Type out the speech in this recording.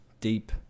deep